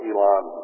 Elon